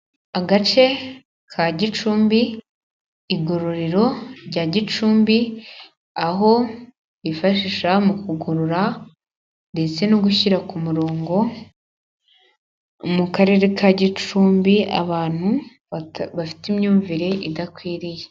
Agace ka Gicumbi, igororero rya Gicumbi, aho bifashisha mu kugorana ndetse no gushyira ku murongo mu karere ka Gicumbi abantu bafite imyumvire idakwiriye.